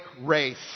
race